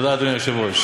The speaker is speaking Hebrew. תודה, אדוני היושב-ראש.